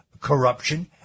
corruption